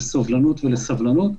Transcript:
לסבלנות ולסובלנות.